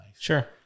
sure